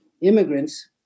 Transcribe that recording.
immigrants